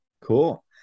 Cool